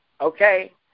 okay